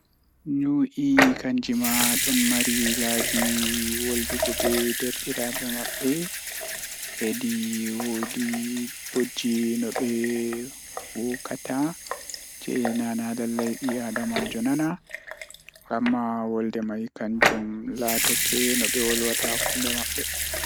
Maɓɓe waawti njifti jaɓɓude e ɗooɓe kadi, laawol e ñiiɓe, nguurndam, e teddungal fowru. Maɓɓe ɓe waawi jaɓɓude e kawtal e njangol kadi, ko waawde nde ɓe njifti jaɓɓude fowru. Njaari nde njifti, maɓɓe waawde kadi njangol ko njifti kadi e ɗamɗe tuma njangol ngal. Maɓɓe ɓe njifti kadi e nder mburndi, jooɗii e haɗiiɗe wuyyi ɓe, sabu ɓe waawde njangol ngal ngam jaggi e hoore rewɓe.